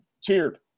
cheered